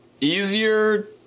easier